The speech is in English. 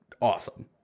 awesome